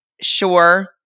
sure